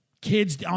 Kids